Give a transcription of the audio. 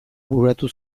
bururatu